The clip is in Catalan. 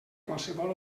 qualsevol